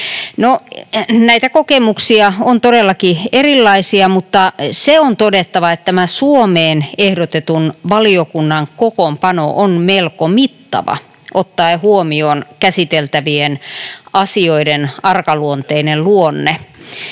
näitä kokemuksia on todellakin erilaisia, mutta se on todettava, että tämän Suomeen ehdotetun valiokunnan kokoonpano on melko mittava ottaen huomioon käsiteltävien asioiden arkaluonteinen luonne,